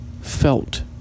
felt